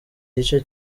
gice